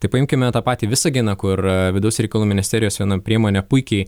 tai paimkime tą patį visaginą kur vidaus reikalų ministerijos vienoj priemonė puikiai